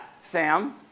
Sam